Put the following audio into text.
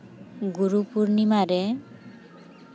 ᱜᱩᱨᱩ ᱯᱩᱨᱱᱤᱢᱟ ᱨᱮ